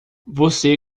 você